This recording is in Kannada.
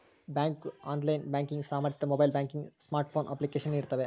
ಬ್ಯಾಂಕು ಆನ್ಲೈನ್ ಬ್ಯಾಂಕಿಂಗ್ ಸಾಮರ್ಥ್ಯ ಮೊಬೈಲ್ ಬ್ಯಾಂಕಿಂಗ್ ಸ್ಮಾರ್ಟ್ಫೋನ್ ಅಪ್ಲಿಕೇಶನ್ ನೀಡ್ತವೆ